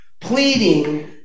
pleading